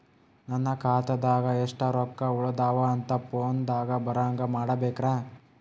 ನನ್ನ ಖಾತಾದಾಗ ಎಷ್ಟ ರೊಕ್ಕ ಉಳದಾವ ಅಂತ ಫೋನ ದಾಗ ಬರಂಗ ಮಾಡ ಬೇಕ್ರಾ?